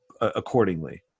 accordingly